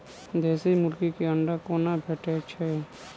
देसी मुर्गी केँ अंडा कोना भेटय छै?